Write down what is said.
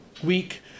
Week